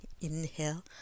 Inhale